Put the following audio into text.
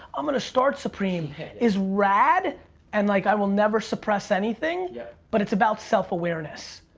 i'm gonna start supreme is rad and like i will never suppress anything yeah but it's about self-awareness.